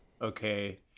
okay